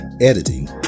editing